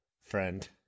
friend